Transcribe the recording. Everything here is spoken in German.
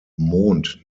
mond